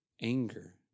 anger